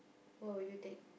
what will you take